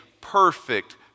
perfect